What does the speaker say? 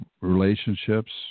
relationships